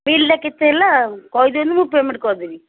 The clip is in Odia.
ବିଲ୍ଟା କେତେ ହେଲା କହିଦିଅନ୍ତୁ ମୁଁ ପେମେଣ୍ଟ୍ କରିଦେବି